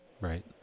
Right